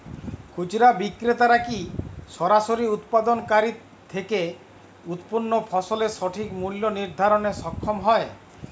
খুচরা বিক্রেতারা কী সরাসরি উৎপাদনকারী থেকে উৎপন্ন ফসলের সঠিক মূল্য নির্ধারণে সক্ষম হয়?